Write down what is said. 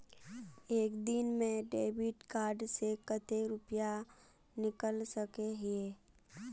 एक दिन में डेबिट कार्ड से कते रुपया निकल सके हिये?